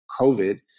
COVID